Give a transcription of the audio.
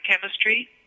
chemistry